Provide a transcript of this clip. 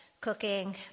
cooking